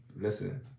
listen